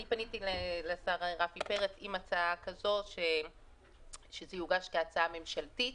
אני פניתי לשר רפי פרץ עם הצעה כזו שזה יוגש כהצעה ממשלתית.